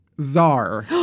czar